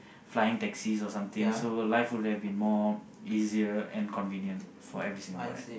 flying taxis or something so life would have been more easier and convenient for every Singaporean